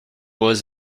was